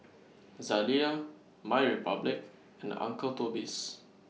Zalia MyRepublic and Uncle Toby's